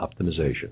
optimization